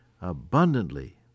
abundantly